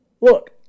Look